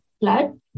blood